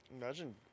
Imagine